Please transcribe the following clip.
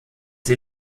sie